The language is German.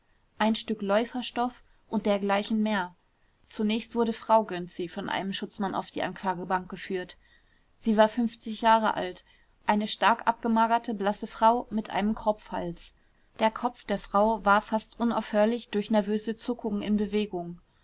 ein stück läuferstoff und dgl mehr zunächst wurde frau gönczi von einem schutzmann auf die anklagebank geführt sie war jahre alt eine stark abgemagerte blasse frau mit einem kropfhals der kopf der frau war fast unaufhörlich durch nervöse zuckungen in bewegung